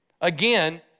Again